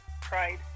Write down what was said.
pride